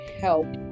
help